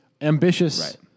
ambitious